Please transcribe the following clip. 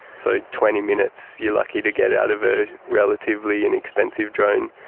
so twenty minutes you are lucky to get out of a relatively inexpensive drone,